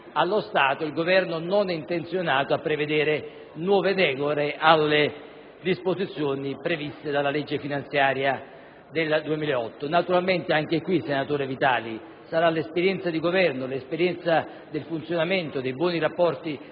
stato attuale, il Governo non è intenzionato a prevedere nuove deroghe alle disposizioni previste dalla legge finanziaria 2008. Naturalmente anche in questo caso, senatore Vitali, sarà l'esperienza di Governo e del funzionamento dei buoni rapporti